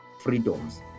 freedoms